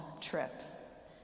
trip